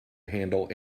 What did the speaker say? handle